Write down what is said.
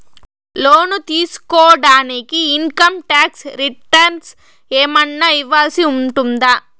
లోను తీసుకోడానికి income tax returns ఏమన్నా ఇవ్వాల్సి ఉంటుందా